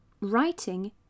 Writing